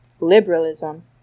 liberalism